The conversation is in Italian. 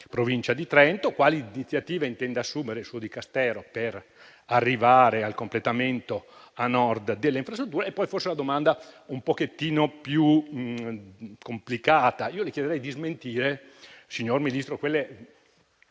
Provincia di Trento, e quali iniziative intenda assumere il suo Dicastero per arrivare al completamento a Nord dell'infrastruttura. Da ultimo, le pongo una domanda forse un po' più complicata. Io le chiederei di smentire, signor Ministro, quelle